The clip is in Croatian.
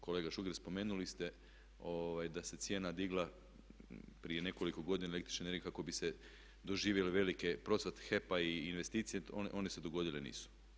Kolega Šuker, spomenuli ste da se cijena digla prije nekoliko godina električne energije kako bi se doživjelo veliki procvat HEP-a i investicije, one se dogodile nisu.